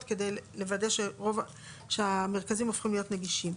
כדי לוודא שהמרכזים הופכים להיות נגישים.